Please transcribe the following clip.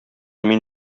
мин